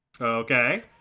Okay